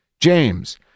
James